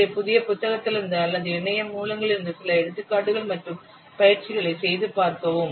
எனவே புதிய புத்தகத்திலிருந்து அல்லது இணைய மூலங்களிலிருந்து சில எடுத்துக்காட்டுகள் மற்றும் பயிற்சிகளைத் செய்து பார்க்கவும்